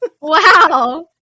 Wow